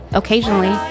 occasionally